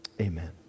Amen